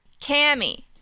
Cammy